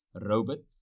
Robot